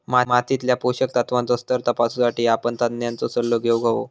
मातीतल्या पोषक तत्त्वांचो स्तर तपासुसाठी आपण तज्ञांचो सल्लो घेउक हवो